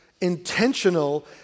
intentional